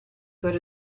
good